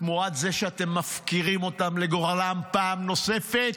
תמורת זה שאתם מפקירים אותם לגורלם פעם נוספת?